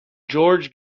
george